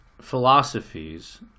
philosophies